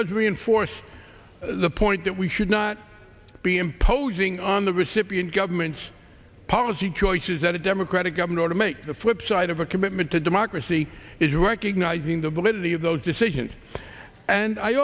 does reinforce the point that we should not be imposing on the recipient governments policy choices that a democratic governor or to make the flipside of a commitment to democracy is recognizing the validity of those decisions and i